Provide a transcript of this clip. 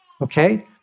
okay